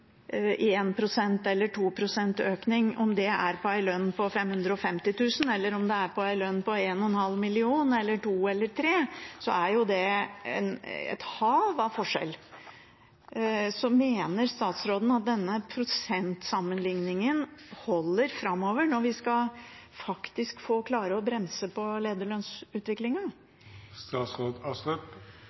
eller 2 pst. økning. Om det er på en lønn på 550 000 kr, eller om det er på en lønn på 1,5 mill. kr – eller 2 eller 3 mill. kr, så er jo det et hav av forskjell. Mener statsråden at denne prosentsammenligningen holder framover når vi faktisk skal klare å bremse på